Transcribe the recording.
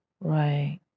Right